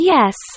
Yes